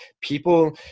people